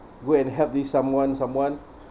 go and help this someone someone